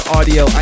Audio